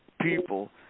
people